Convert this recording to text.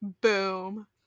boom